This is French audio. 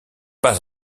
pas